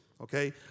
Okay